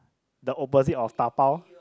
the opposite of dabao